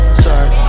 start